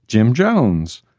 jim jones.